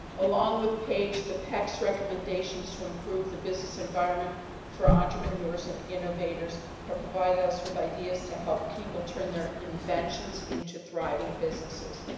along with page, the pec's recommendations to improve the business environment for entrepreneurs and innovators have provided us with ideas to help people turn their inventions into thriving businesses.